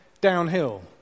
downhill